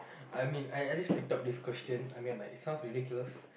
I mean I at least picked up this question I mean but it sounds ridiculous